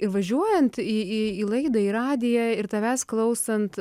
ir važiuojant į į į laidą į radiją ir tavęs klausant